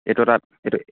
এইটো তাত এইটো